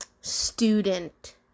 student